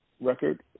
record